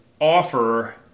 offer